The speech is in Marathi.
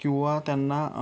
किंवा त्यांना